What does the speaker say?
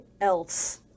else